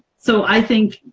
so i think